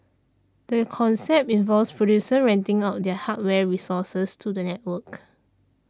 the concept involves producers renting out their hardware resources to the network